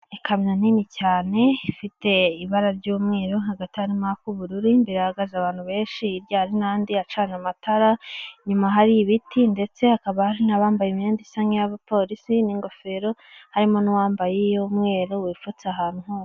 Ikamyo nini cyane ifite ibara ry'umweru hagati harimo ak'ubururu, imbere hahagaze abantu benshi, hirya hari n'andi acanye amatara inyuma hari ibiti, ndetse hakaba hari n'abambaye imyenda isa n'iy'abapolisi n'ingofero harimo n'uwambaye iy'umweru wipfutse ahantu hose.